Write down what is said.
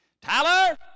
Tyler